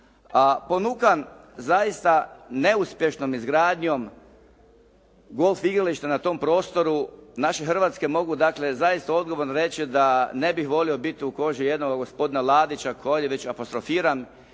ponukan zaista neuspješnom izgradnjom golf igrališta na tom prostoru naše Hrvatske, mogu dakle zaista odgovorno reći da ne bih volio biti u koži jednoga gospodina Ladića, Koljevića apostrofiram